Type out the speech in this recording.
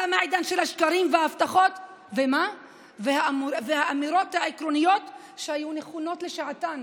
תם העידן של השקרים וההבטחות והאמירות העקרוניות שהיו נכונות לשעתן.